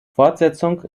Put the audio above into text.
fortsetzung